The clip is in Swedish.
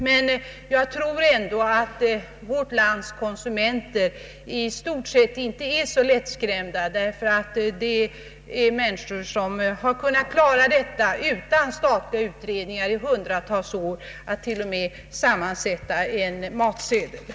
Men jag tror ändå att vårt lands konsumenter i stort sett inte är så lättskrämda. Det är dock fråga om människor som i hundratals år själva kunnat klara av att sammansätta en matsedel och detta utan hjälp av statliga utredningar.